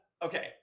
Okay